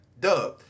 duh